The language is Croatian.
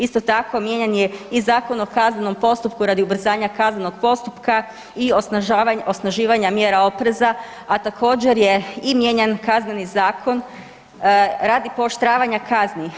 Isto tako mijenjan je i Zakon o kaznenom postupku radi ubrzanja kaznenog postupka i osnaživanja mjera opreza, a također je i mijenjan Kazneni zakon radi pooštravanja kazni.